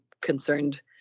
concerned